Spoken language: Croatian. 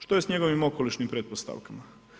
Što je s njegovim okolišnim pretpostavkama?